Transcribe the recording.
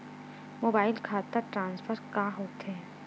Mobile खाता transfer का होथे?